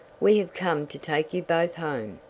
we have come to take you both home.